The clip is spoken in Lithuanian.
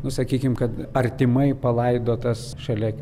nu sakykim kad artimai palaidotas šalia